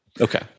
Okay